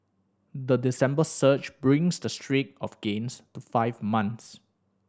the December surge brings the streak of gains to five months